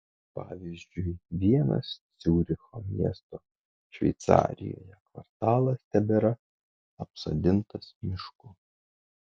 pavyzdžiui vienas ciuricho miesto šveicarijoje kvartalas tebėra apsodintas mišku